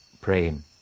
praying